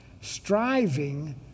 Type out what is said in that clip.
striving